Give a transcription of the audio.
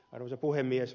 arvoisa puhemies